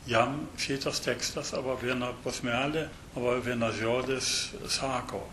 jam šitas tekstas arba vieną posmelį o vienas žodis sako